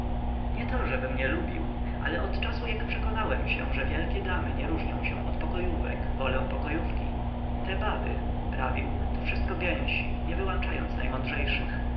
nie to żebym nie lubił ale od czasu jak przekonałem się że wielkie damy nie różnią się od pokojówek wolę pokojówki te baby prawił to wszystko gęsi nie wyłączając najmądrzejszych